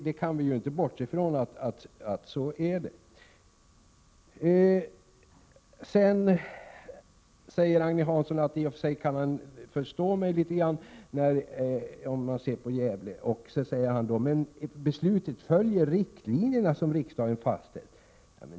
Vi kan inte bortse från att det förhåller sig så. Så säger Agne Hansson att han i och för sig nästan kan förstå mig i fråga om Gävle, men att beslutet följer de riktlinjer som riksdagen har fastställt.